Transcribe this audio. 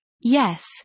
Yes